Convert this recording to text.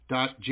Dot